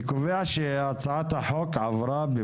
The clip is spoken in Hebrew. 4 אני קובע שהצעת החוק אושרה פה אחד